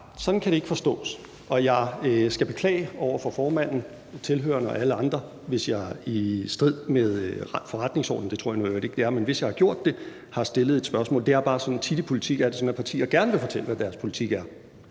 sådan kan det ikke forstås. Og jeg skal beklage over for formanden, tilhørerne og alle andre, hvis jeg i strid med forretningsordenen – det tror jeg nu i øvrigt ikke det er – har stillet et spørgsmål. Det er bare i politik tit sådan, at partier gerne vil fortælle, hvad deres politik er.